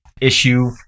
issue